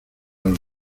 los